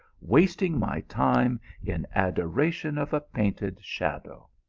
wasting my time in adoration of a painted shadow.